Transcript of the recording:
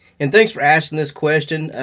and thanks for asking this question.